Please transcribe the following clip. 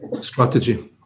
strategy